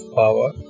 power